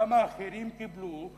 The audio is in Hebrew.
כמה אחרים קיבלו,